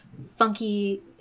funky